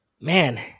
man